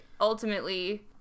ultimately